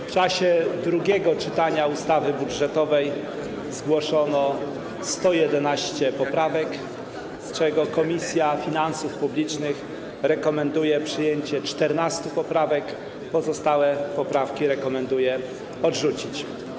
W czasie drugiego czytania ustawy budżetowej zgłoszono 111 poprawek, z czego Komisja Finansów Publicznych rekomenduje przyjęcie 14 poprawek, pozostałe poprawki rekomenduje odrzucić.